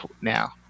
now